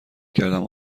کردم